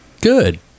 Good